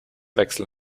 wechsel